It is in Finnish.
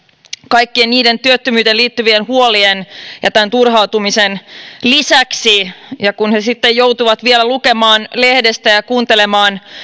kaikkien niiden työttömyyteen liittyvien huolien ja tämän turhautumisen lisäksi ja kun he sitten joutuvat vielä lukemaan lehdestä ja kuuntelemaan